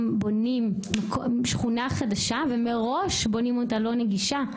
בונים שכונה חדשה ומראש בונים אותה לא נגישה,